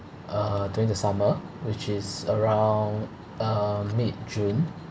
uh during the summer which is around uh mid june